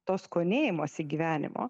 to skonėjimosi gyvenimo